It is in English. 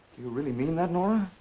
you really mean that, nora?